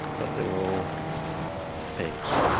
but they were all fakes.